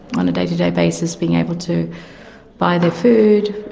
on a day-to-day basis being able to buy their food,